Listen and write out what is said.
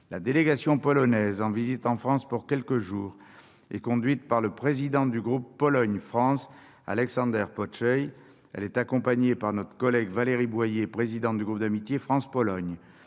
La délégation polonaise, en visite en France pour quelques jours, est conduite par le président du groupe Pologne-France, Aleksander Pociej. Elle est accompagnée par notre collègue Valérie Boyer, présidente du groupe d'amitié France-Pologne.